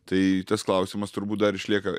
tai tas klausimas turbūt dar išlieka